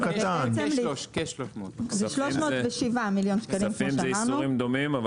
זה 307 מיליון שקלים כפי שאמרנו.